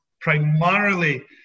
primarily